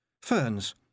Ferns